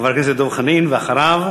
חבר הכנסת דב חנין, ואחריו,